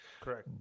Correct